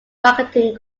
marketing